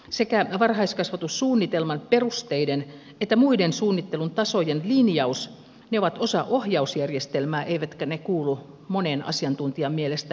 sekä varhaiskasvatussuunnitelman perusteiden että muiden suunnittelun tasojen linjaus ovat osa ohjausjärjestelmää eivätkä ne kuulu monen asiantuntijan mielestä lakitekstiin